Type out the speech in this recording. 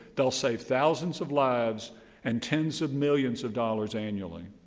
they'll save thousands of lives and tens of millions of dollars annually.